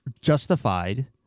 Justified